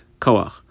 Koach